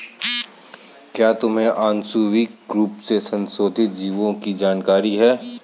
क्या तुम्हें आनुवंशिक रूप से संशोधित जीवों की जानकारी है?